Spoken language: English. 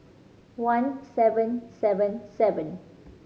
one seven seven seven